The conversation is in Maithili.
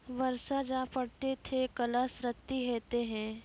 बरसा जा पढ़ते थे कला क्षति हेतै है?